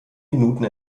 minuten